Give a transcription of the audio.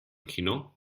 kino